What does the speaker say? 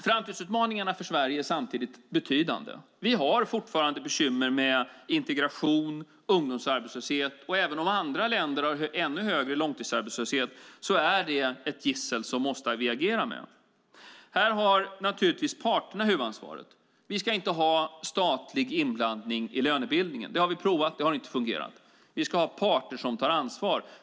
Framtidsutmaningarna för Sverige är samtidigt betydande. Vi har fortfarande bekymmer med integration, ungdomsarbetslöshet. Även om andra länder har ännu högre långtidsarbetslöshet är det ett gissel som vi måste agera mot. Här har naturligtvis parterna huvudansvaret. Vi ska inte ha statlig inblandning i lönebildningen. Det har vi provat. Det har inte fungerat. Vi ska ha parter som tar ansvar.